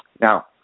Now